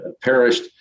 perished